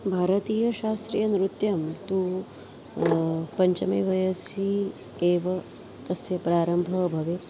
भारतीयशास्त्रीयनृत्यं तु पञ्चमे वयसि एव तस्य प्रारम्भः भवेत्